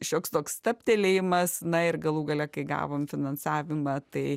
šioks toks stabtelėjimas na ir galų gale kai gavom finansavimą tai